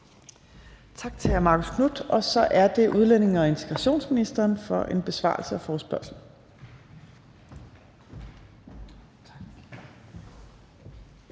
Tak til hr. Marcus Knuth. Så er det udlændinge- og integrationsministeren for en besvarelse af forespørgslen.